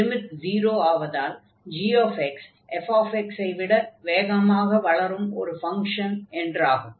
limit 0 ஆவதால் g fx ஐ விட வேகமாக வளரும் ஒரு ஃபங்ஷன் என்றாகும்